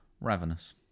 Ravenous